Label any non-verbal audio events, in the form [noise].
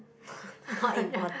[breath] not important